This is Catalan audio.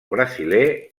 brasiler